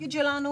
התפקיד שלנו